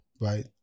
right